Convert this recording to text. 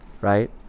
Right